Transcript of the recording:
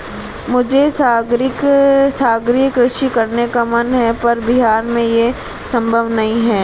मुझे सागरीय कृषि करने का मन है पर बिहार में ये संभव नहीं है